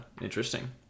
interesting